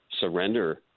surrender